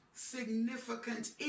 significant